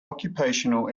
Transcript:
occupational